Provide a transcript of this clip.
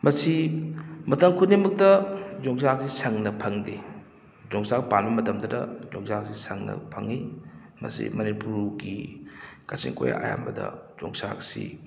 ꯃꯂꯤ ꯃꯇꯝ ꯈꯨꯗꯤꯡꯃꯛꯇ ꯌꯣꯡꯆꯥꯛꯁꯤ ꯁꯪꯅ ꯐꯪꯗꯦ ꯌꯣꯡꯆꯥꯛ ꯄꯥꯟꯕ ꯃꯇꯝꯗꯇ ꯌꯣꯡꯆꯥꯛꯁꯤ ꯁꯪꯅ ꯐꯪꯉꯤ ꯃꯁꯤ ꯃꯅꯤꯄꯨꯔꯒꯤ ꯀꯥꯆꯤꯟ ꯀꯣꯌꯥ ꯑꯌꯥꯝꯕꯗ ꯌꯣꯡꯆꯥꯛꯁꯤ